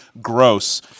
gross